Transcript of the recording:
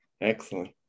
Excellent